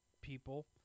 people